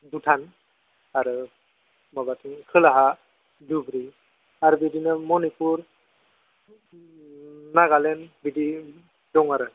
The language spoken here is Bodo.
भुटान आरो माबाथिं खोलाहा दुब्रि आरो बिदिनो मनिपुर नागालेण्ड बिदि दङ आरो